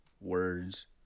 words